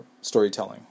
storytelling